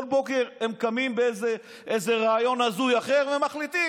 כל בוקר הם קמים באיזה רעיון הזוי אחר ומחליטים.